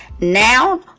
Now